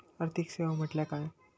आर्थिक सेवा म्हटल्या काय?